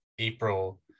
April